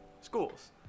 schools